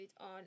on